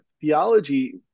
theology